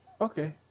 Okay